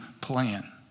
plan